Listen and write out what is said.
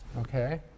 Okay